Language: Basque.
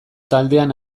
taldean